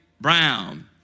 Brown